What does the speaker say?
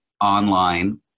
online